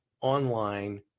online